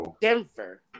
Denver